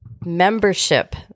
membership